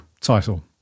title